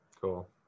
Cool